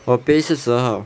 我 pay 是十二号